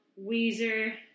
Weezer